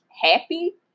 happy